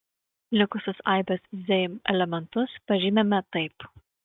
likusius aibės z elementus pažymime taip